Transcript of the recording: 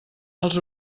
els